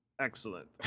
Excellent